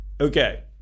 Okay